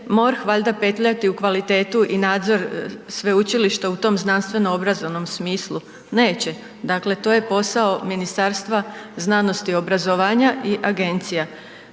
MORH valjda petljati u kvalitetu i nadzor sveučilišta u tom znanstveno-obrazovnom smislu. Neće, dakle to je posao Ministarstva znanosti i obrazovanja i agencija.